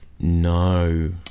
no